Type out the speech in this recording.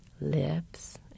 lips